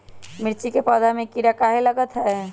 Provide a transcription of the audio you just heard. मिर्च के पौधा में किरा कहे लगतहै?